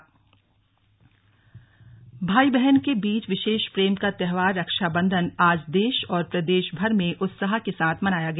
slug Rakshabandhan भाई बहन के बीच विशेष प्रेम का त्योहार रक्षाबंधन आज देश और प्रदेशभर में उत्साह के साथ मनाया गया